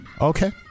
Okay